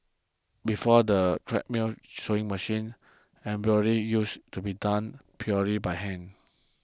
before the sewing machine embroidery used to be done purely by hand